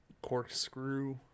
corkscrew